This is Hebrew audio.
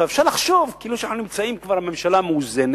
אפשר לחשוב שהממשלה כבר מאוזנת,